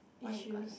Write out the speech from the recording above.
issues